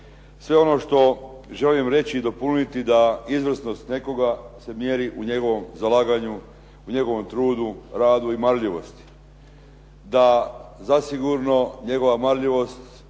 Sve ono što želim reći i dopuniti da izvrsnost nekoga se mjeri u njegovom zalaganju, u njegovom trudu, radu i marljivosti, da zasigurno njegova marljivost